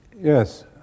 Yes